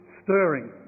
stirring